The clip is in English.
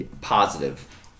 Positive